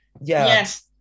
yes